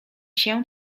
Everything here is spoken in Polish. się